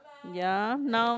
ya now